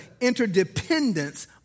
interdependence